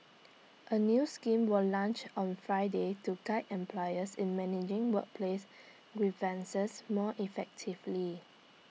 A new scheme was launched on Friday to guide employers in managing workplace grievances more effectively